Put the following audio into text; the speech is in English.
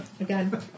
Again